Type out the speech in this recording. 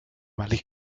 malí